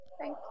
Thank